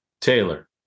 Taylor